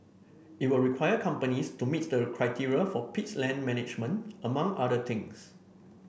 it will require companies to meet the criteria for peats land management among other things